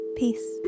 peace